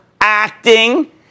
acting